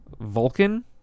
Vulcan